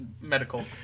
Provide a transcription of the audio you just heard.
Medical